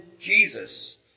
Jesus